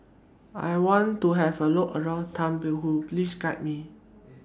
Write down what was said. I want to Have A Look around Thimphu Please Guide Me